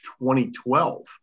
2012